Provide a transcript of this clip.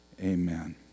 Amen